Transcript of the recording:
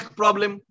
problem